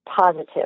positive